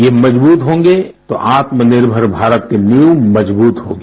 ये मजबूत होंगे तो आत्मनिर्मर भारत की नींव मजबूत होगी